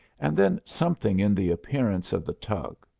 and then something in the appearance of the tug,